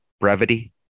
brevity